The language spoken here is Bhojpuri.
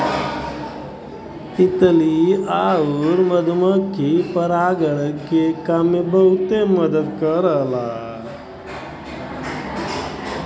तितली आउर मधुमक्खी परागण के काम में बहुते मदद करला